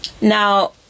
now